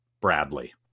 Bradley